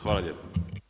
Hvala lijepo.